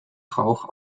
rauch